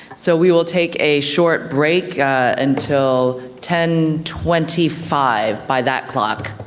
so we will take a short break until ten twenty five by that clock.